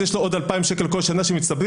אז יש לו עוד 2,000 שקלים בכל שנה שמצטברים.